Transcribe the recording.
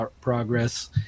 progress